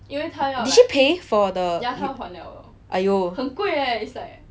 did she pay for the !aiyo!